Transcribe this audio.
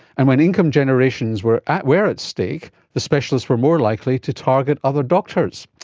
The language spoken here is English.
and when income generations were at were at stake, the specialists were more likely to target other doctors.